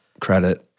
credit